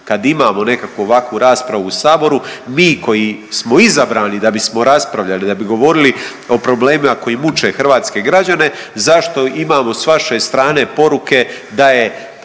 kad imamo nekakvu ovakvu raspravu u Saboru mi koji smo izabrani da bismo raspravljali, da bi govorili o problemima koji muče hrvatske građane, zašto imamo s vaše strane poruke da je